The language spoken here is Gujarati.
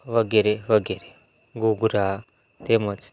વગેરે વગેરે ઘૂઘરા તેમજ